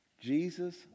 Jesus